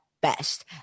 best